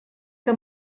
que